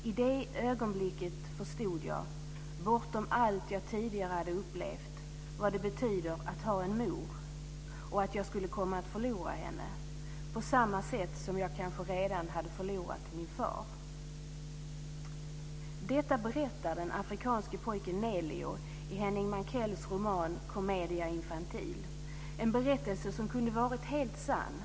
I det ögonblicket förstod jag, bortom allt jag tidigare hade upplevt, vad det betyder att ha en mor och att jag skulle komma att förlora henne, på samma sätt som jag kanske redan hade förlorat min far." Detta berättar den afrikanske pojken Nelio i Henning Mankells roman Comédia infantil - en berättelse som kunde varit helt sann.